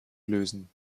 lösen